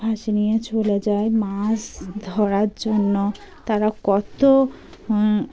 ভাসিয়ে নিয়ে চলে যায় মাছ ধরার জন্য তারা কত